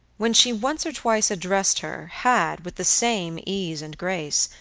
when she once or twice addressed her, had, with the same ease and grace,